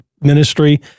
ministry